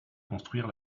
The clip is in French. construire